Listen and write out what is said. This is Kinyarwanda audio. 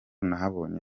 nahabonye